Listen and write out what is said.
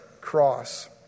cross